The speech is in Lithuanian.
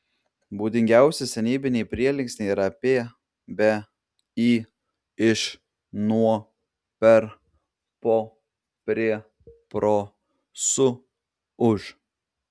būdingiausi senybiniai prielinksniai yra apie be į iš nuo per po prie pro su už